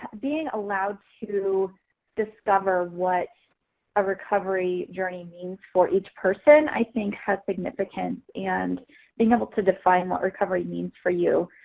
being allowed to discover what a recovery journey means for each person. i think has significant and being able to define what recovery means for you.